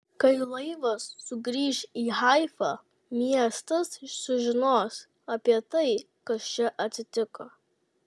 kai laivas sugrįš į haifą miestas sužinos apie tai kas čia atsitiko